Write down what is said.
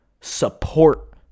support